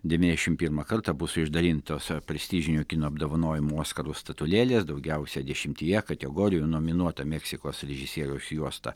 devyniasdešimt pirmą kartą bus išdalintos prestižinių kino apdovanojimų oskarų statulėlės daugiausia dešimtyje kategorijų nominuota meksikos režisieriaus juosta